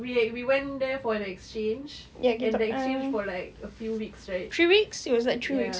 we we went there for the exchange and the exchange for like a few weeks right ya